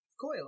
Coil